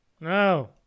No